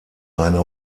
eine